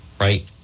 right